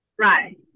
Right